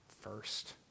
first